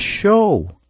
show